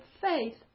faith